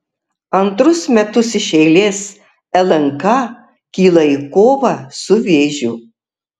antrus metus iš eilės lnk kyla į kovą su vėžiu